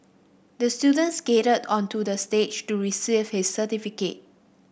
the student skated onto the stage to receive his certificate